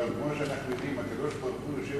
אבל כמו שאנחנו יודעים הקדוש-ברוך-הוא יושב